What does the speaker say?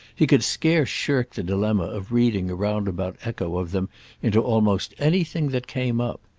he could scarce shirk the dilemma of reading a roundabout echo of them into almost anything that came up.